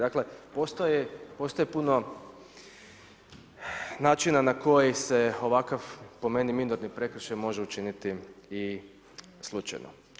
Dakle, postoje puno načina na koji se ovakav, po meni, minorni prekršaj može učiniti i slučajno.